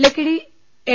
Lakkidi L